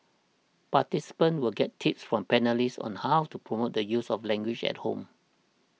participants will get tips from panellists on how to promote the use of the language at home